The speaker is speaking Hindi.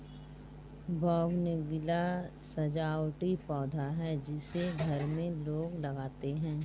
बोगनविला सजावटी पौधा है जिसे घर में लोग लगाते हैं